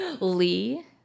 Lee